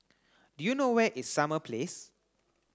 do you know where is Summer Place